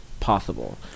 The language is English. possible